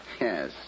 Yes